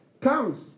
Counts